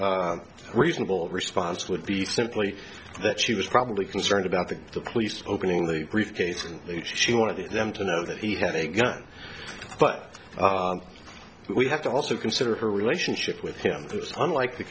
more reasonable response would be simply that she was probably concerned about the police opening the case and she wanted them to know that he had a gun but we have to also consider her relationship with him unlike the